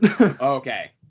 Okay